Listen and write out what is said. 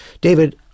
David